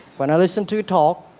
when i listen to talk